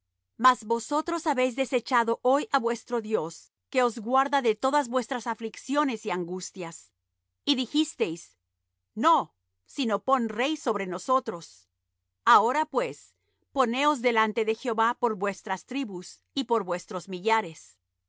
mas vosotros habéis desechado hoy á vuestro dios que os guarda de todas vuestras aflicciones y angustias y dijisteis no sino pon rey sobre nosotros ahora pues poneos delante de jehová por vuestras tribus y por vuestros millares y